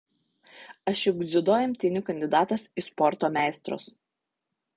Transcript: aš juk dziudo imtynių kandidatas į sporto meistrus